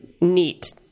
neat